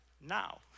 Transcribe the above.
now